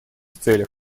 целях